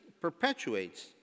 perpetuates